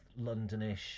Londonish